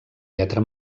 lletra